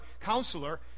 counselor